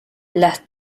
las